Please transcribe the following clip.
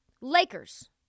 Lakers